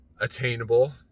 attainable